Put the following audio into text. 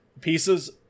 Pieces